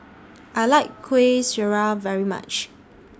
I like Kuih Syara very much